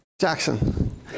Jackson